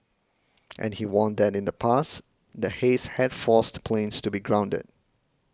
and he warned that in the past the haze had forced planes to be grounded